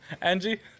Angie